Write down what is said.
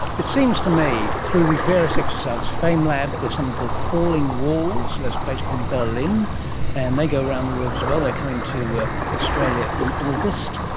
it seems to me through these various exercises, famelab, there is something called falling walls that's based in berlin and they go around the world as well, they are coming to australia in august.